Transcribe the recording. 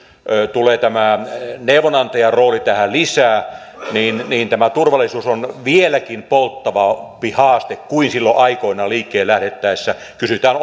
tulee tämä neuvonantajan rooli tähän lisää niin tämä turvallisuus on vieläkin polttavampi haaste kuin silloin aikoinaan liikkeelle lähdettäessä kysytään